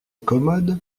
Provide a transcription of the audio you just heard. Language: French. commode